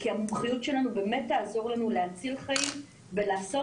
כי המומחיות שלנו באמת תעזור להציל חיים ולעשות